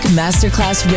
masterclass